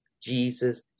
Jesus